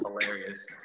hilarious